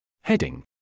Heading